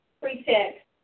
pretext